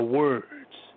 words